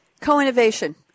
co-innovation